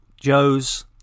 Joe's